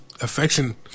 affection